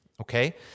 okay